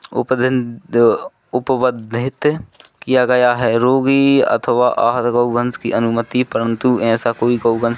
उपबन्ध उपबन्धित किया गया है रोगी अथवा आहत गौ वंश की अनुमती परन्तु ऐसा कोई गौ वन